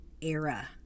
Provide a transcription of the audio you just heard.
era